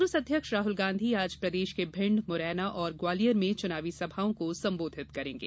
कांग्रेस अध्यक्ष राहुल गांधी आज प्रदेश के भिण्ड मुरैना और ग्वालियर में तीन चुनावी सभाओं को संबोधित करेंगें